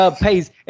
pays